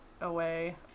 away